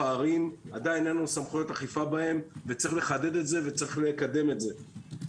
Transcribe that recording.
עדיין אין לנו סמכויות אכיפה בהם וצריך לחדד את זה וצריך לקדם את זה.